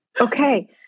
Okay